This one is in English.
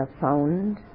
found